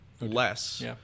less